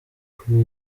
kuri